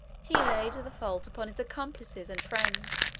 he laid the fault upon his accomplices and friends.